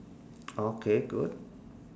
okay good